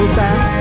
back